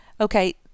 okay